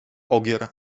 ogier